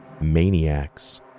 maniacs